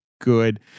good